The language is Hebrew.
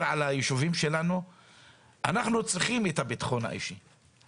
אנחנו יודעים כמה אבטלה סמויה יש במגזר הציבורי,